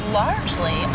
largely